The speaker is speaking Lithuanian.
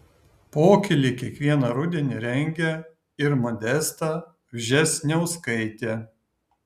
pokylį kiekvieną rudenį rengia ir modesta vžesniauskaitė